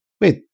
Wait